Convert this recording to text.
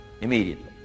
immediately